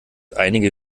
einige